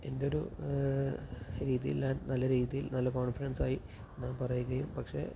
എൻ്റെ ഒരു രീതിയിൽ ഞാൻ നല്ല രീതിയിൽ നല്ല കോൺഫിഡൻസായി ഞാൻ പറയുകയും പക്ഷെ